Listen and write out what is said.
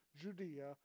Judea